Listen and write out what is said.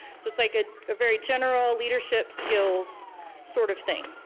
so it's like a very general leadership skills sort of thing.